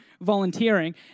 volunteering